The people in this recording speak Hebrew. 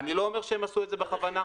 אני לא אומר שהם עשו את זה בכוונה --- מה זה,